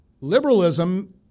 Liberalism